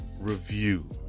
review